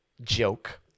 joke